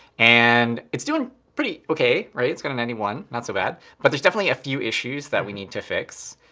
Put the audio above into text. and it's doing pretty ok, right? it's got and a one, not so bad. but there's definitely a few issues that we need to fix.